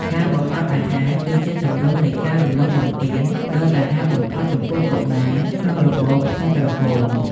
ការបង្អត់អាហារគឺជាទម្រង់នៃការរំលោភបំពានដ៏សាហាវបំផុតចំពោះកុមារក្នុងរបបខ្មែរក្រហម។